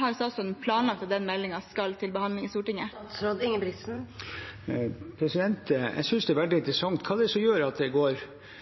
har statsråden planlagt at den meldingen skal til behandling i Stortinget? Jeg synes det er veldig interessant: Hva er det som gjør at det går bra i noen kystsamfunn og mindre bra i andre kystsamfunn, jf. rapporten fra Riksrevisjonen? Det er veldig